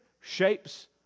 shapes